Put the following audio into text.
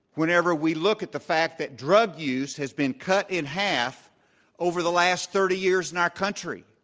whenever we look at the fact that drug use has been cut in half over the last thirty years in our country.